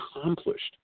accomplished